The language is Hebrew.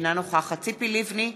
אינה נוכחת ציפי לבני,